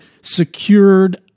secured